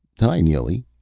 hi, neely,